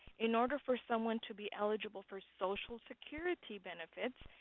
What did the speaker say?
in order for someone to be eligible for social security benefits,